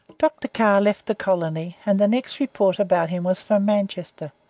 dr. carr left the colony, and the next report about him was from manchester,